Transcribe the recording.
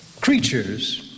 creatures